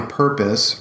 purpose